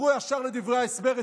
תעברו ישר לדברי ההסבר.